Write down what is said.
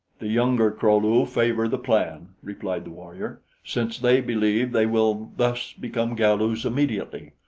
the younger kro-lu favor the plan, replied the warrior, since they believe they will thus become galus immediately.